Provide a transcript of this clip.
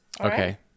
okay